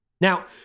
Now